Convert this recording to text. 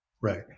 right